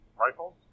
rifles